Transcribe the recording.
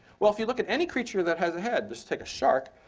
well, if you look at any creature that has a head, just take a shark,